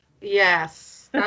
Yes